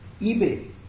eBay